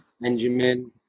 Benjamin